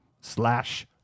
slash